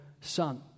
son